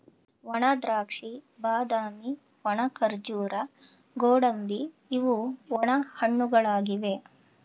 ಒಣದ್ರಾಕ್ಷಿ, ಬಾದಾಮಿ, ಒಣ ಖರ್ಜೂರ, ಗೋಡಂಬಿ ಇವು ಒಣ ಹಣ್ಣುಗಳಾಗಿವೆ